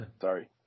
Sorry